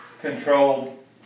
controlled